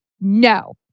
no